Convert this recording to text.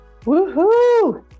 Woohoo